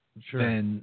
Sure